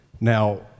Now